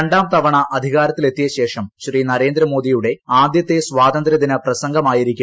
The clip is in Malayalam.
രണ്ടാം തവണ അധികാര്ത്തിലെത്തിയ ശേഷം ശ്രീ നരേന്ദ്രമോദിയുടെ ആദ്യത്തെ സ്വാതന്ത്രൃദിന പ്രസംഗമായിരിക്കും